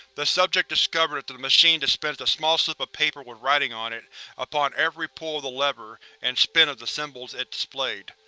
the subject discovered that the the machine dispensed a small slip of paper with writing on it upon every pull of the lever and spin of the symbols it displayed.